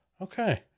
okay